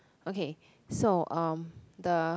okay so (um)the